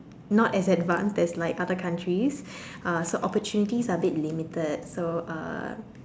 not as advanced as like other countries uh so opportunities are a bit limited so uh